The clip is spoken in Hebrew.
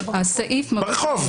זה ברחוב.